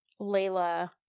Layla